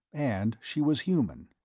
and she was human,